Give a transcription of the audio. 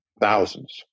thousands